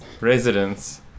Residents